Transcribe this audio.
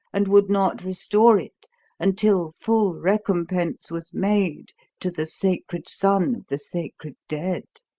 and would not restore it until full recompense was made to the sacred son of the sacred dead.